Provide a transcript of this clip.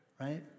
right